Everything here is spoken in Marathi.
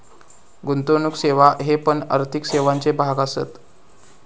गुंतवणुक सेवा हे पण आर्थिक सेवांचे भाग असत